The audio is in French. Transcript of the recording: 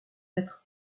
être